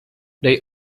they